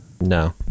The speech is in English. No